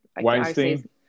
weinstein